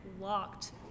locked